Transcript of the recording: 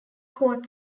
caught